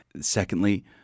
Secondly